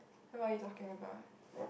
then what are you talking about